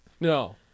No